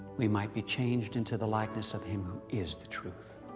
we might be changed into the likeness of him, who is the truth.